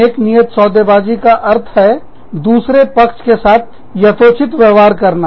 नेकनियत सौदेबाजी सौदाकारी का अर्थ है दूसरे पक्ष के साथ यथोचित व्यवहार करना